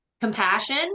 compassion